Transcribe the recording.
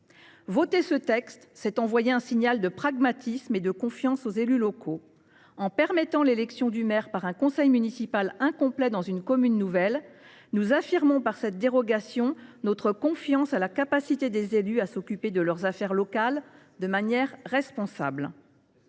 Voter ce texte, c’est envoyer un signal de pragmatisme et de confiance aux élus locaux. En permettant l’élection du maire par un conseil municipal incomplet dans une commune nouvelle, nous affirmons par cette dérogation notre confiance en la capacité des élus à s’occuper de leurs affaires locales de manière responsable.